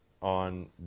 on